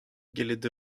gallout